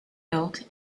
built